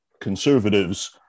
conservatives